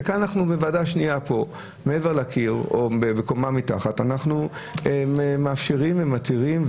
וכאן בוועדה שנייה פה מעבר לקיר או בקומה מתחת אנחנו מאפשרים ומתירים.